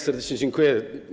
Serdecznie dziękuję.